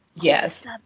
yes